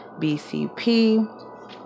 BCP